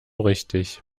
richtig